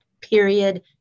period